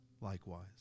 likewise